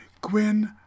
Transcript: Gwyn